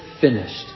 finished